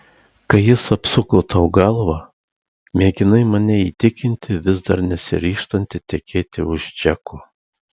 kai jis apsuko tau galvą mėginai mane įtikinti vis dar nesiryžtanti tekėti už džeko